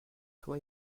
toi